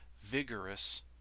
vigorous